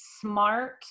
smart